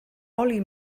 oli